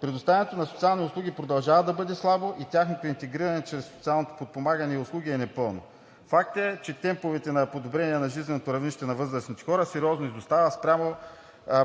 Предоставянето на социални услуги продължава да бъде слабо и тяхното интегриране чрез социалното подпомагане и услуги е непълно. Факт е, че темповете на подобрение на жизненото равнище на възрастните хора сериозно изостава спрямо